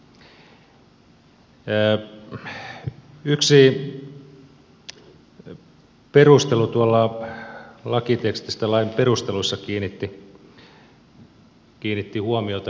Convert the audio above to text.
yksi perustelu tuolla lakitekstissä lain perusteluissa kiinnitti huomiotani